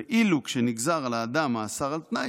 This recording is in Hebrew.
ואילו כשנגזר על האדם מאסר על תנאי